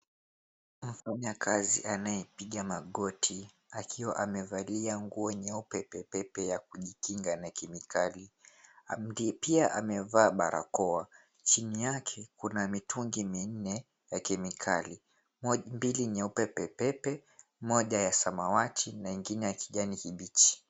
Mfanya kazi anayepiga magoti akiwa amevalia nguo nyeupe pepepe ya kujikinga na kemikali. Pia amevaa barakoa. Chini yake kuna mitungi minne ya kemikali. Mbili nyeupe pepepe, moja ya samawati na ingine ya kijani kibichi.